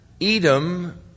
Edom